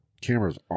cameras